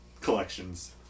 Collections